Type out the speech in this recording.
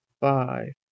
Five